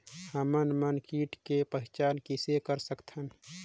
हमन मन कीट के पहचान किसे कर सकथन?